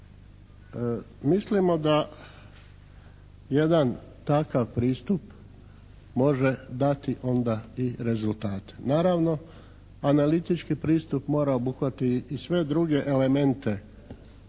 Mislimo da jedan takav pristup može dati onda i rezultate. Naravno, analitički mora obuhvatiti i sve druge elemente